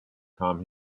calm